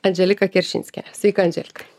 andželika keršinskienė sveika andželika